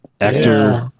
Actor